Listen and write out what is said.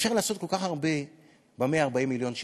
אפשר לעשות כל כך הרבה ב-140 מיליון שקל,